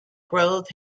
grove